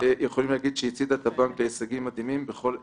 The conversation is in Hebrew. יכולים להגיד שהיא הצעידה את הבנק להישגים מדהימים בכל ההיבטים.